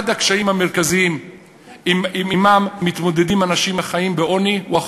אחד הקשיים המרכזיים שעמם מתמודדים אנשים החיים בעוני הוא החובות.